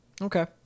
Okay